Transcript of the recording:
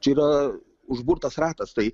čia yra užburtas ratas tai